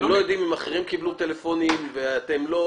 אתם לא יודעים אם אחרים קיבלו טלפונים ואתם לא.